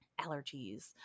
allergies